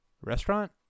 restaurant